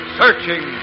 searching